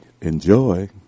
enjoy